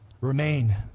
Remain